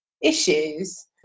issues